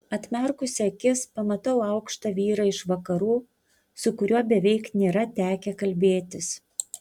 atmerkusi akis pamatau aukštą vyrą iš vakarų su kuriuo beveik nėra tekę kalbėtis